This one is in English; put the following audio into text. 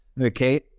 Okay